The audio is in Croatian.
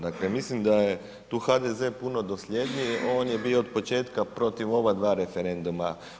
Dakle mislim da je tu HDZ puno dosljedniji, on je bio od početka protiv ova dva referenduma.